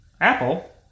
Apple